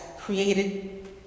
created